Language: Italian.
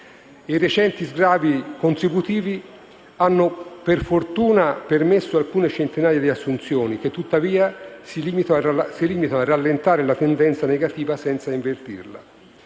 I recenti sgravi contributivi per fortuna hanno permesso alcune centinaia di assunzioni, che tuttavia si limitano a rallentare la tendenza negativa, senza invertirla.